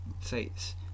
sites